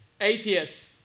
atheists